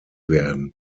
werden